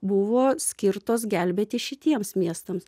buvo skirtos gelbėti šitiems miestams